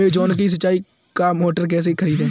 Amazon से सिंचाई का मोटर कैसे खरीदें?